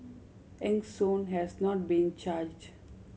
Eng Soon has not been charged